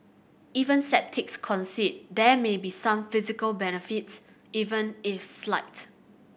even sceptics concede there may be some physical benefits even if slight